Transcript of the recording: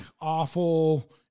awful